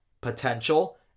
potential